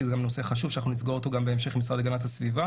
שזה גם נושא חשוב שנסגור אותו בהמשך עם המשרד להגנת הסביבה.